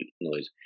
noise